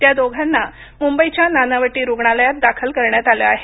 त्या दोघांना मुंबईच्या नानावटी रुग्णालयात दाखल करण्यात आलं आहे